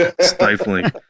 stifling